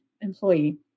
employee